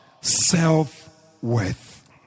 self-worth